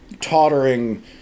tottering